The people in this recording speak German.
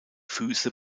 füße